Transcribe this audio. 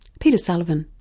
peter sullivan.